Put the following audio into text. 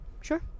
sure